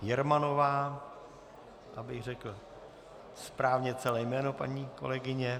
Jermanová, abych řekl správně celé jméno paní kolegyně.